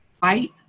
fight